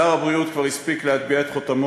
שר הבריאות כבר הספיק להטביע את חותמו